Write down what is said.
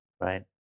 right